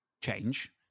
change